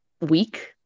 week